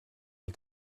els